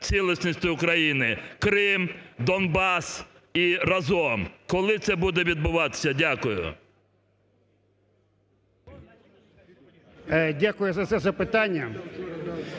Дякую за це запитання.